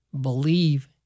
believe